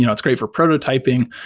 you know it's great for prototyping,